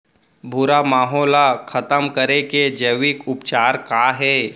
भूरा माहो ला खतम करे के जैविक उपचार का हे?